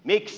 miksi